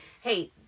Hey